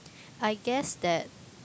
I guess that